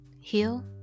heal